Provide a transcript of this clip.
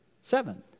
seven